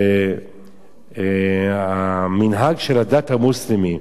זה המנהג של הדת המוסלמית,